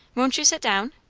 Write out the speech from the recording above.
won't you sit down?